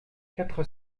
quatre